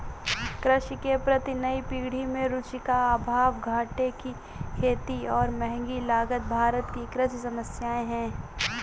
कृषि के प्रति नई पीढ़ी में रुचि का अभाव, घाटे की खेती और महँगी लागत भारत की कृषि समस्याए हैं